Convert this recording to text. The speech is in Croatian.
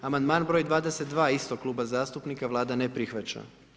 Amandman broj 22. istog kluba zastupnika, Vlada ne prihvaća.